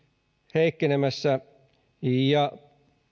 heikkenemässä ja